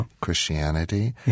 Christianity